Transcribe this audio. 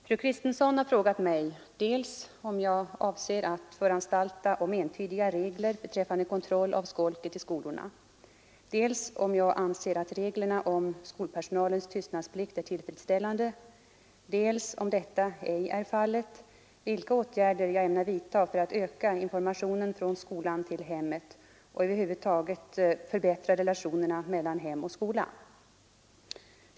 Fru Kristensson har frågat mig, dels om jag avser att föranstalta om entydiga regler beträffande kontroll av skolket i skolorna, dels om jag anser att reglerna om skolpersonalens tystnadsplikt är tillfredsställande, dels — om detta ej är fallet — vilka åtgärder jag ämnar vidta för att öka informationen från skolan till hemmet och över huvud taget förbättra relationerna mellan hem och skola.